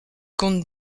comte